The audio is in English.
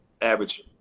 Average –